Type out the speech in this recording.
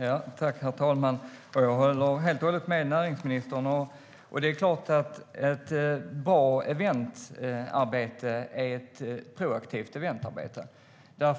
Herr talman! Jag håller helt och hållet med näringsministern. Ett bra eventarbete är ett proaktivt eventarbete. De